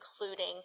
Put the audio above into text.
including